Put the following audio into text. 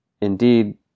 Indeed